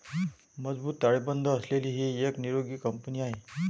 मजबूत ताळेबंद असलेली ही एक निरोगी कंपनी आहे